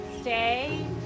stay